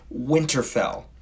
Winterfell